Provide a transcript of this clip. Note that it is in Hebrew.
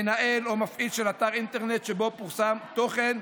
מנהל או מפעיל של אתר אינטרנט שבו פורסם תוכן,